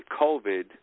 COVID